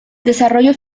desarrollo